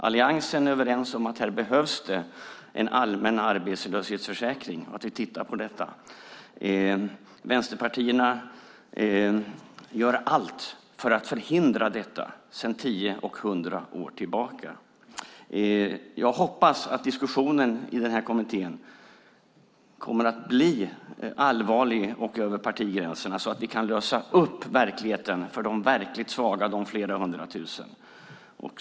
Alliansen är överens om att här behövs det en allmän arbetslöshetsförsäkring och att vi tittar på det. Vänsterpartierna gör allt för att förhindra detta sedan tio och hundra år tillbaka. Jag hoppas att diskussionen i kommittén kommer att bli allvarlig och över partigränserna, så att vi kan lösa upp verkligheten för de verkligt svaga, de flera hundra tusen.